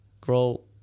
grow